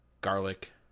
Garlic